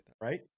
right